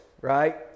right